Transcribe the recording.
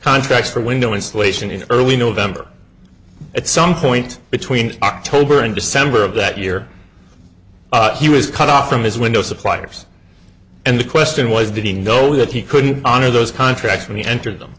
contracts for window installation in early november at some point between october and december of that year he was cut off from his window suppliers and the question was did he know that he couldn't honor those contracts when he entered them